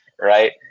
right